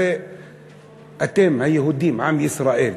הרי אתם, היהודים, עם ישראל,